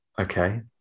Okay